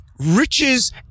riches